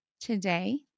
today